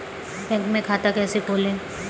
Bank में खाता कैसे खोलें?